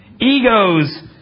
Egos